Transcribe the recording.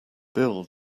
bill